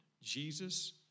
Jesus